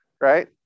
right